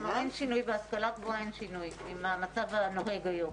כלומר, בהשכלה גבוהה אין שינוי מהמצב הנוהג היום?